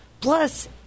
Plus